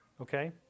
Okay